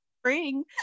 spring